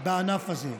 בענף הזה.